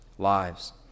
Lives